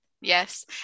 Yes